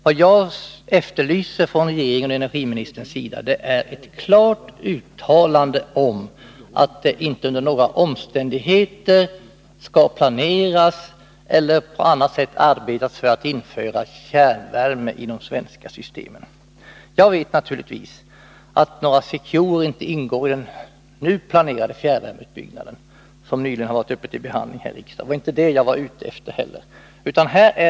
Vad jag efterlyser från regeringens och energiministerns sida är ett klart uttalande om att det inte under några omständigheter skall planeras eller på annat sätt arbetas för införande av kärnvärme i de svenska systemen. Jag vet naturligtvis att några Secure inte ingår i den nu planerade fjärrvärmeutbyggnaden, vilket nyligen har varit uppe till behandling här i riksdagen. Det var inte det jag var ute efter heller.